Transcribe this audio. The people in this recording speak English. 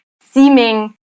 seeming